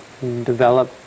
develop